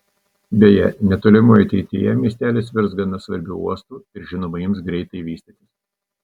beje netolimoje ateityje miestelis virs gana svarbiu uostu ir žinoma ims greitai vystytis